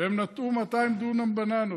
והם נטעו 200 דונם בננות,